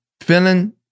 feeling